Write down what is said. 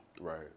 right